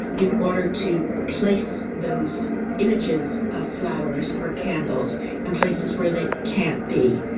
in order to place those images of flowers or candles in places where they can't be.